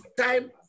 time